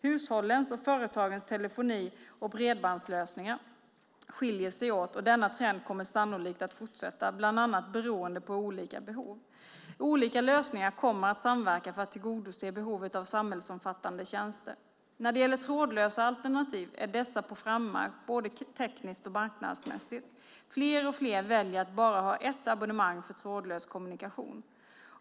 Hushållens och företagens telefoni och bredbandslösningar skiljer sig åt, och denna trend kommer sannolikt att fortsätta, bland annat beroende på olika behov. Olika lösningar kommer att samverka för att tillgodose behovet av samhällsomfattande tjänster. När det gäller trådlösa alternativ är dessa på frammarsch både tekniskt och marknadsmässigt. Fler och fler väljer att bara ha ett abonnemang för trådlös kommunikation.